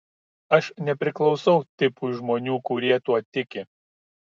aš nepriklausau tipui žmonių kurie tuo tiki